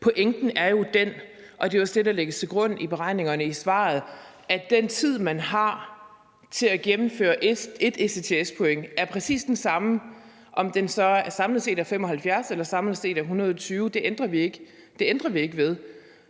Pointen er jo den, og det er også det, der lægges til grund for beregningerne i svaret, at den tid, man har til at gennemføre 1 ECTS-point, er præcis den samme, om den samlet set er 75 eller 120 ECTS, for det ændrer vi ikke ved.